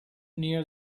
near